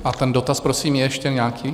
A ten dotaz, prosím, je ještě nějaký?